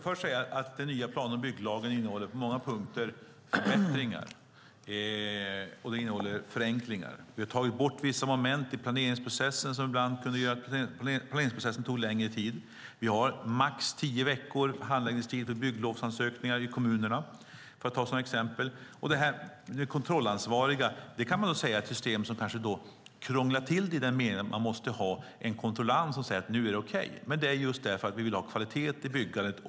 Herr talman! Den nya plan och bygglagen innehåller på många punkter förenklingar och förbättringar. Vi har tagit bort vissa moment i planeringsprocessen som ibland kunde göra att planeringsprocessen tog längre tid. Till exempel har vi max tio veckors handläggningstid för bygglovsansökningar i kommunerna. Systemet med kontrollansvariga kanske krånglar till det i den meningen att man måste ha en kontrollant som säger att det är okej, men detta vill vi ha för att få kvalitet i byggandet.